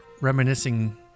reminiscing